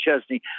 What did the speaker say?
Chesney